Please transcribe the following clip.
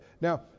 Now